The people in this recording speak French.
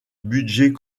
budget